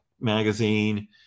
magazine